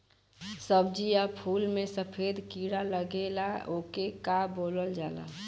सब्ज़ी या फुल में सफेद कीड़ा लगेला ओके का बोलल जाला?